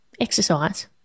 exercise